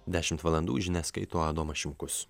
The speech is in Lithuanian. dešimt valandų žinias skaito adomas šimkus